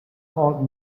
called